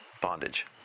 bondage